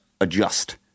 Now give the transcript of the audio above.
adjust